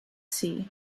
sea